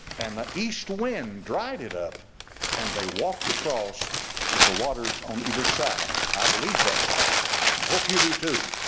and the east wind dried it up and they walked across with the waters on either side i believe that i hope you do too.